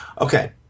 Okay